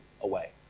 away